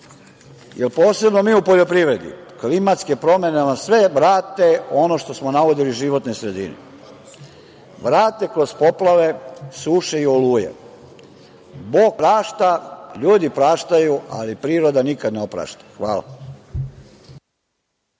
posebno mi u poljoprivredi, klimatske promene nam sve vrate ono što smo naudili životnoj sredini, vrate kroz poplave, suše i oluje. Bog prašta, ljudi praštaju, ali priroda nikad ne oprašta. Hvala.